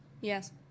Yes